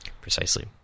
Precisely